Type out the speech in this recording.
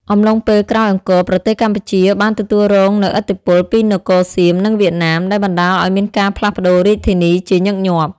អំឡុងពេលក្រោយអង្គរ ប្រទេសកម្ពុជាបានទទួលរងនូវឥទ្ធិពលពីនគរសៀម និងវៀតណាម ដែលបណ្តាលឱ្យមានការផ្លាស់ប្តូររាជធានីជាញឹកញាប់។